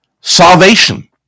salvation